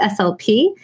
SLP